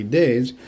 days